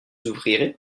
ouvrirez